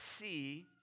see